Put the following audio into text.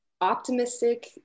optimistic